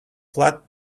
flat